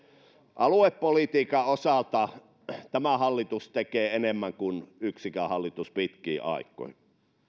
aluepolitiikan osalta tämä hallitus tekee enemmän kuin yksikään hallitus pitkiin aikoihin